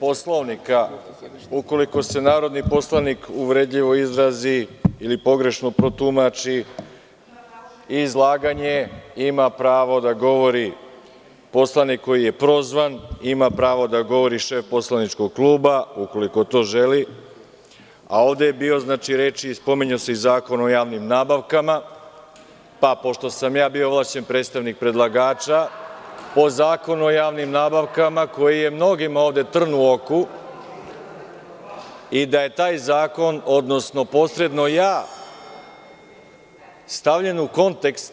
Poslovnika ukoliko se narodni poslanik uvredljivo izrazi ili pogrešno protumači izlaganje ima pravo da govori poslanik koji je prozvan, ima pravo da govori šef poslaničkog kluba ukoliko to želi, a ovde ja bio, znači reči i spominjao se Zakon o javnim nabavkama, pa pošto sam ja bio ovlašćeni predstavnik predlagača po Zakonu o javnim nabavkama koji je mnogima ovde trn u oku, i da je taj zakon odnosno posredno ja stavljen u kontekst